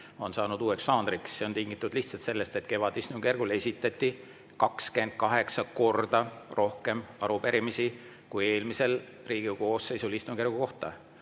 on saanud uueks žanriks. See on tingitud lihtsalt sellest, et kevadistungjärgul esitati 28 korda rohkem arupärimisi kui eelmises Riigikogu koosseisus istungjärgu kohta.